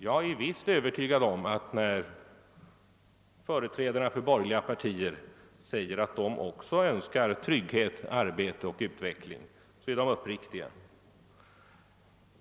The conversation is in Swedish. Jag är visst övertygad om att när företrädare för borgerliga partier säger att de också önskar trygghet, arbete och utveckling är de uppriktiga.